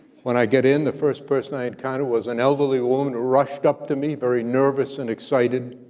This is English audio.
when i get in, the first person i encountered was an elderly woman who rushed up to me, very nervous and excited,